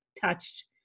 touched